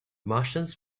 martians